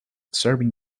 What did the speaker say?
serving